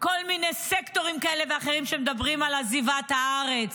כל מיני סקטורים כאלה ואחרים שמדברים על עזיבת הארץ,